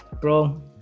bro